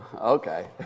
Okay